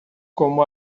como